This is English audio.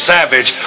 Savage